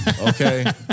okay